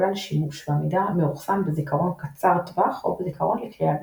כלל שימוש והמידע מאוחסן בזיכרון קצר טווח או בזיכרון לקריאה בלבד.